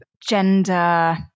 gender